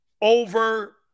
over